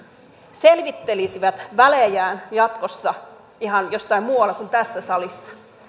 selvittelisivät välejään jatkossa ihan jossain muualla kuin tässä salissa